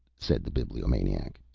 said the bibliomaniac.